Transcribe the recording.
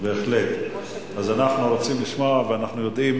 אנחנו רוצים לשמוע ואנחנו יודעים